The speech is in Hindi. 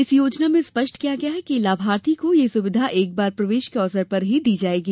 इस योजना में स्पष्ट किया गया है कि लाभार्थी को यह सुविधा एक बार प्रवेश के अवसर पर ही प्रदान की जाएगी